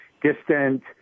distant